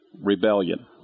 Rebellion